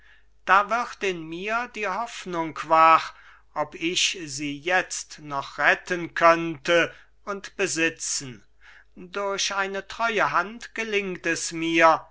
da wird in mir die hoffnung wach ob ich sie jetzt noch retten könnte und besitzen durch eine treue hand gelingt es mir